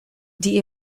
die